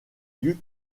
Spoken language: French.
duc